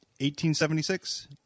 1876